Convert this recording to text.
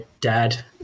dad